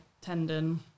tendon